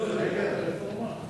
תגיד לי, אתה, נגד הרפורמה?